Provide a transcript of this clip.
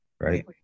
Right